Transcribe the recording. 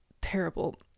terrible